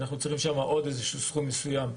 אנחנו צריכים שם עוד סכום מסוים.